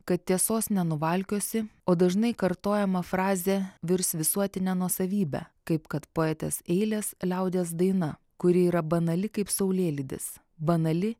kad tiesos nenuvalkiosi o dažnai kartojama frazė virs visuotine nuosavybe kaip kad poetės eilės liaudies daina kuri yra banali kaip saulėlydis banali